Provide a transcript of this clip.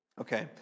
Okay